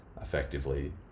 effectively